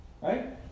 Right